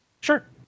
Sure